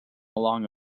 along